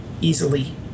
easily